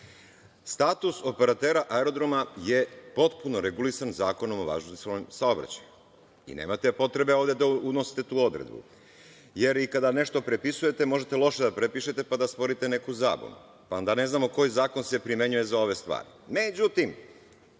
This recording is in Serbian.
status operatera aerodroma je potpuno regulisan Zakonom o vazdušnom saobraćaju. Nemate potrebe ovde da unosite tu odredbu, jer i kada nešto prepisujete, možete loše da prepišete, pa da stvorite neku zabunu, pa onda ne znamo koji zakon se primenjuje za ove